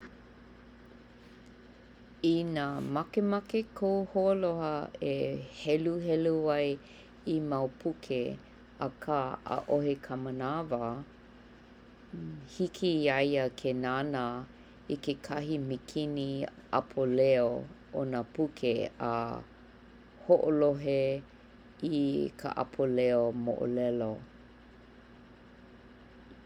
Inā makemake kou hoāloha e heluhelu ai i mau puke akā 'a'ohe ka manawa, hiki iā ia ke nānā la i kehahi mikini 'apo leo o nā puke a ho'olohe i ka 'apo leo mo'olelo.